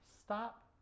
Stop